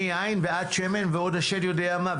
מיין ועד שמן ועוד קמח.